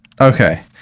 okay